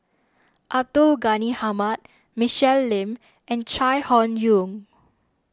Abdul Ghani Hamid Michelle Lim and Chai Hon Yoong